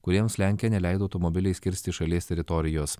kuriems lenkija neleido automobiliais kirsti šalies teritorijos